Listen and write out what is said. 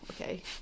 okay